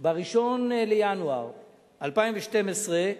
ב-1 בינואר 2012,